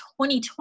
2020